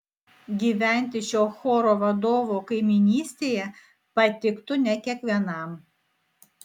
gyventi šio choro vadovo kaimynystėje patiktų ne kiekvienam